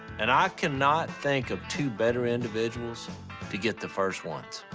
and i cannot think of two better individuals to get the first ones.